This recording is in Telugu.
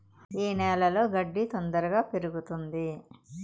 ఏ నేలలో గడ్డి తొందరగా పెరుగుతుంది